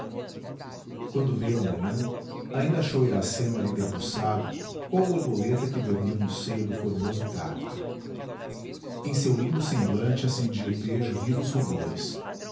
quando veio a manhã ainda achou iracema ali debruçada qual borboleta que dormiu no seio do formoso cacto em seu lindo semblante acendia o pejo vivos rubores